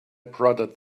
prodded